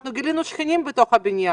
אנחנו גילינו שכנים בבניין.